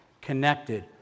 connected